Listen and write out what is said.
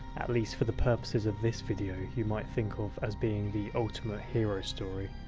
at least for the purposes of this video, you might think of as being the ultimate hero's story.